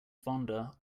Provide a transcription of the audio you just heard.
vonda